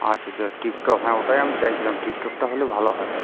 আচ্ছা আচ্ছা টিপটপ হ্যাঁ ওটাই আমি চাইছিলাম টিপটপটা হলে ভালো হয়